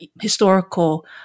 historical